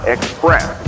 Express